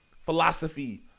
philosophy